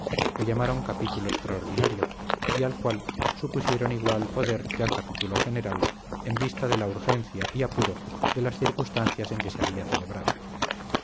que llamaron capítulo extraordinario y al cual supusieron igual poder que al capítulo general en vista de la urgencia y apuro de las circunstancias en que se había celebrado